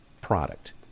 product